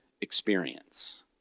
experience